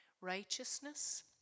Righteousness